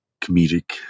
comedic